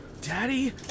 daddy